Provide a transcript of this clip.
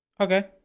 Okay